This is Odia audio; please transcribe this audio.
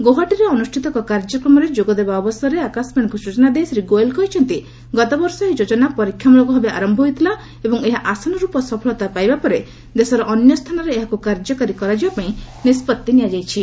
ଗୌହାଟୀରେ ଅନୁଷ୍ଠିତ ଏକ କାର୍ଯ୍ୟକ୍ମରେ ଯୋଗଦେବା ଅବସରରେ ଆକାଶବାଣୀକୁ ସୂଚନା ଦେଇ ଶ୍ରୀ ଗୋଏଲ୍ କହିଛନ୍ତି ଗତବର୍ଷ ଏହି ଯୋଜନା ପରୀକ୍ଷାମ୍ବଳକ ଭାବେ ଆରମ୍ଭ ହୋଇଥିଲା ଏବଂ ଏହା ଆଶାନୁରୂପ ସଫଳତା ପାଇବା ପରେ ଦେଶର ଅନ୍ୟ ସ୍ଥାନରେ ଏହାକୁ କାର୍ଯ୍ୟକାରୀ କରାଯିବା ପାଇଁ ନିଷ୍ପତ୍ତି ନିଆଯାଇଛି